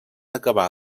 acabar